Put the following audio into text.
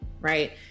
right